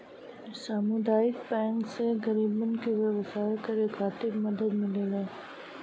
सामुदायिक बैंक से गरीबन के व्यवसाय करे खातिर मदद मिलेला